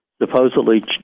Supposedly